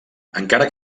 encara